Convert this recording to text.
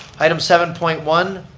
item seven point one,